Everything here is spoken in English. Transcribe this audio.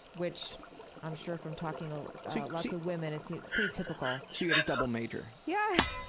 which i'm sure from talking to lots of women, it's you know it's pretty typical. so had a double major. yeah.